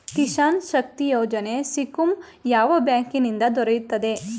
ಕಿಸಾನ್ ಶಕ್ತಿ ಯೋಜನೆ ಸ್ಕೀಮು ಯಾವ ಬ್ಯಾಂಕಿನಿಂದ ದೊರೆಯುತ್ತದೆ?